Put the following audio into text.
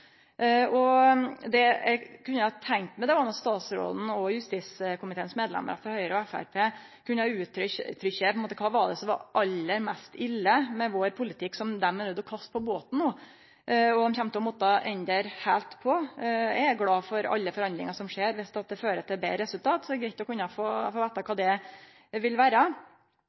Det eg kunne tenkt meg, var at statsråden og justiskomiteens medlemmer frå Høgre og Framstegspartiet kunne uttrykkje kva som var – på ein måte – aller mest ille med vår politikk, som dei no er nøydde til å kaste på båten og kjem til å måtte endre heilt på. Eg er glad for alle forandringar som skjer viss det fører til betre resultat, så det er greitt å kunne få vite kva det vil